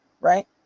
right